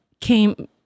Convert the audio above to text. came